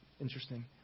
interesting